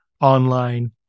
online